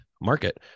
market